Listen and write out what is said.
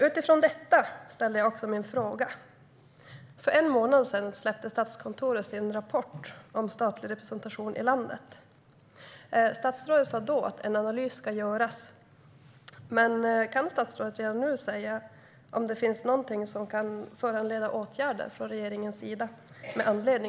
Utifrån detta vill jag ställa en fråga. För en månad sedan kom Statskontorets rapport om statlig representation i landet. Statsrådet sa då att det ska göras en analys. Men kan statsrådet redan nu säga om det med anledning av rapporten finns någonting som kan föranleda åtgärder från regeringen?